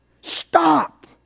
stop